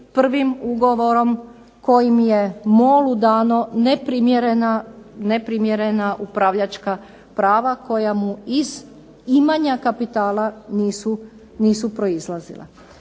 prvim ugovorom kojim je MOL-u dano neprimjerena upravljačka prava koja mu iz imanja kapitala nisu proizlazila.